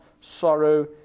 sorrow